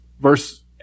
verse